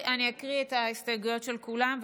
אני אקריא את ההסתייגויות של כולם,